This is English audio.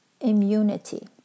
immunity